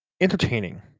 entertaining